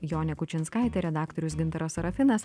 jonė kučinskaitė redaktorius gintaras sarafinas